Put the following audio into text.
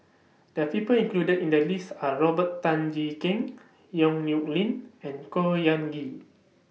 The People included in The list Are Robert Tan Jee Keng Yong Nyuk Lin and Khor Ean Ghee